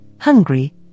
hungry